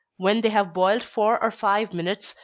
when they have boiled four or five minutes,